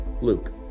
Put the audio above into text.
Luke